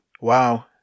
Wow